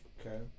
Okay